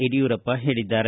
ಯಡಿಯೂರಪ್ಪ ಹೇಳಿದ್ದಾರೆ